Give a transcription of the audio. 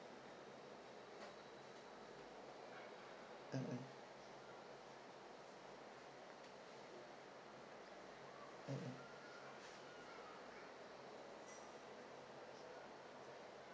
mm mm mm mm